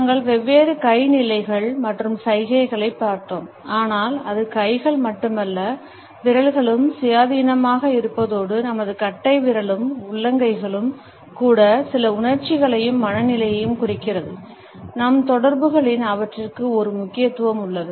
நாங்கள் வெவ்வேறு கை நிலைகள் மற்றும் சைகைகளைப் பார்த்தோம் ஆனால் அது கைகள் மட்டுமல்ல விரல்களும் சுயாதீனமாக இருப்பதோடு நமது கட்டைவிரலும்உள்ளங்கைகளும் கூட சில உணர்ச்சிகளையும் மனநிலையையும் குறிக்கிறது நம் தொடர்புகளில் அவற்றிற்கு ஒரு முக்கியத்துவம் உள்ளது